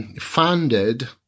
founded